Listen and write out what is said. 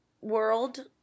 world